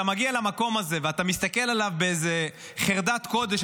אתה מגיע למקום הזה ואתה מסתכל עליו באיזו חרדת קודש,